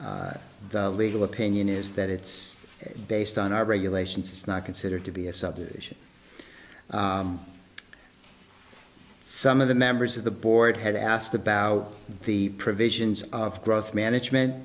the legal opinion is that it's based on our regulations it's not considered to be a subdivision some of the members of the board had asked about the provisions of growth management